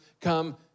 come